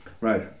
right